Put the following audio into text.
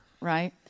right